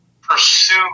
pursue